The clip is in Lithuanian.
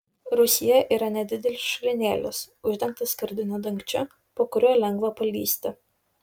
rūsyje yra nedidelis šulinėlis uždengtas skardiniu dangčiu po kuriuo lengva palįsti